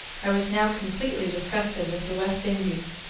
i was now completely disgusted with the west indies,